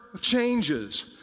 changes